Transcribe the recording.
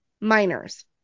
minors